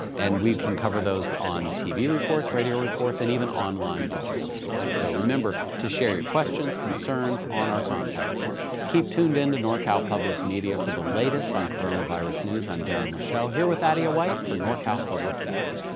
and we can cover those on tv reports, radio reports, and even online digital story. so remember to share your questions, concerns on our contact form. keep tuned in to norcal public media for the latest on coronavirus news. i'm darren lashelle here with adia white for norcal public media.